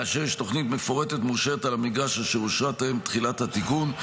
כאשר יש תוכנית מפורטת ומאושרת על המגרש אשר אושרה טרם תחילת התיקון,